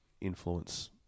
influence